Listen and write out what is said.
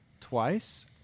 twice